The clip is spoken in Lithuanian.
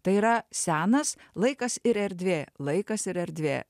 tai yra senas laikas ir erdvė laikas ir erdvė